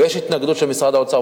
ויש התנגדות של משרד האוצר.